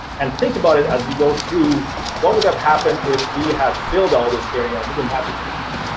and think about it as we go through what would have happened if we had filled all this area and we didn't have the storage.